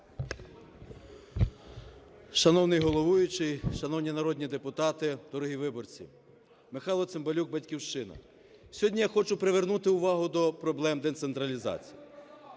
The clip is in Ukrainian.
Шановний головуючий! Шановні народні депутати! Дорогі виборці! Михайло Цимбалюк, "Батьківщина". Сьогодні я хочу привернути увагу до проблем децентралізації.